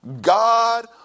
God